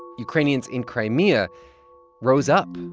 ukrainians in crimea rose up.